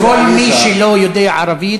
כל מי שלא יודע ערבית,